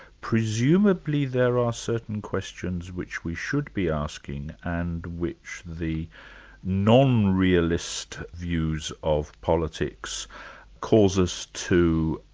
presumably there are certain questions which we should be asking and which the non-realist views of politics cause us to,